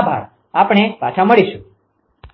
આભાર આપણે પાછા મળીશું